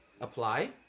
apply